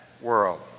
world